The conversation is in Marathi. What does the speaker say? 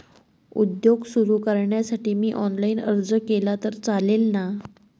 उद्योग सुरु करण्यासाठी मी ऑनलाईन अर्ज केला तर चालेल ना?